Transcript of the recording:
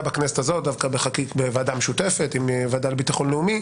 בכנסת הזאת דווקא בוועדה משותפת עם הוועדה לביטחון לאומי